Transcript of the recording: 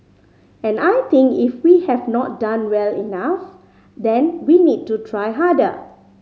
and I think if we have not done well enough then we need to try harder